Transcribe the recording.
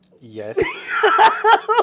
yes